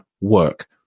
work